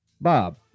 Bob